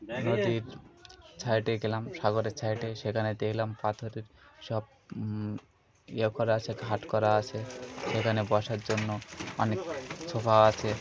নদীর সাইডে গেলাম সাগরের সাইডে সেখানে দেখলাম পাথরের সব ইয়ে করা আছে ঘাট করা আছে সেখানে বসার জন্য অনেক সোফা আছে